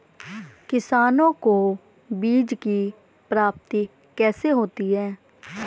किसानों को बीज की प्राप्ति कैसे होती है?